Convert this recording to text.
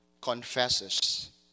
confesses